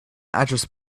address